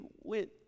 went